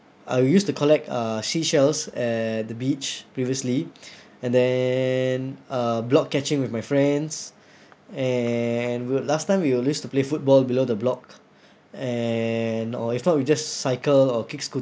I used to collect uh seashells at the beach previously and then uh block catching with my friends and we'll last time we always to play football below the block and or if not we just cycle or kick scooter